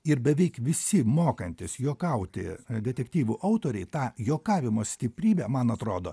ir beveik visi mokantys juokauti detektyvų autoriai tą juokavimo stiprybę man atrodo